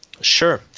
Sure